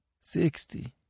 Sixty